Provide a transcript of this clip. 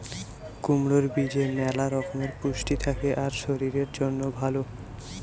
কুমড়োর বীজে ম্যালা রকমের পুষ্টি থাকে আর শরীরের জন্যে ভালো